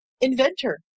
inventor